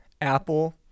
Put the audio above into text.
Apple